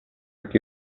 qui